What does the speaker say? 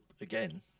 again